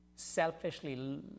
selfishly